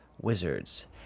wizards